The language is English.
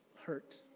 hurt